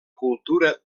cultura